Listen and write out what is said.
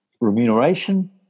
remuneration